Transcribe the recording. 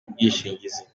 ubwishingizi